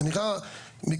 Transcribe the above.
זה נראה מקצועי?